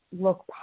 look